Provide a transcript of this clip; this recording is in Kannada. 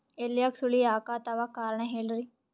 ಎಲ್ಯಾಗ ಸುಳಿ ಯಾಕಾತ್ತಾವ ಕಾರಣ ಹೇಳ್ರಿ?